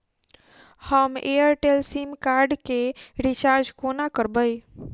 हम Airtel sim card केँ recharge कोना करबै?